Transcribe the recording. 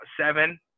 seven